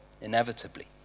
inevitably